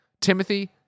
Timothy